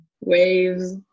waves